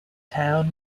town